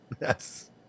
Yes